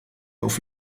auf